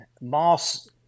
Moss